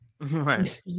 Right